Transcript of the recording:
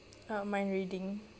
ah mind reading